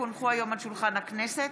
כי הונחו היום על שולחן הכנסת